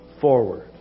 forward